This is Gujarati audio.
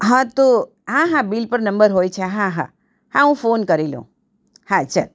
હા તો હા હા બિલ પર નંબર હોય છે હા હા હા હું ફોન કરી લઉં હા ચાલ